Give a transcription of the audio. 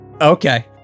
Okay